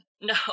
no